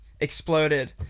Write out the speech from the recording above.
exploded